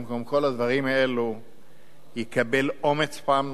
במקום כל הדברים האלה יקבל אומץ פעם נוספת,